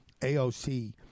AOC